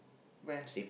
where